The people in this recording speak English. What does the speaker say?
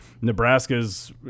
Nebraska's